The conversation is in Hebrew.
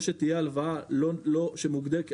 או שתהיה הלוואה שלא